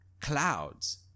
clouds